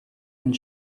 and